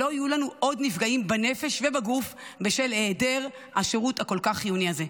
שלא יהיו לנו עוד נפגעים בנפש ובגוף בשל היעדר השירות הכל-כך חיוני הזה.